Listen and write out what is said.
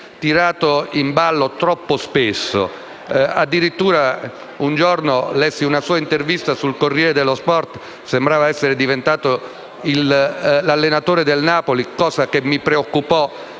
tirato in ballo troppo spesso. Addirittura un giorno lessi una sua intervista sul «Corriere dello Sport»: sembrava essere diventato l'allenatore del Napoli, cosa che mi preoccupò